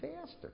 faster